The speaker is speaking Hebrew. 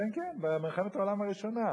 כן כן, במלחמת העולם הראשונה.